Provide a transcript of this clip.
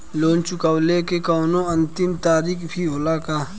Loan चुकवले के कौनो अंतिम तारीख भी होला का?